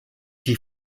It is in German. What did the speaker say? die